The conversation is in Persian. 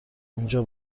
اونجا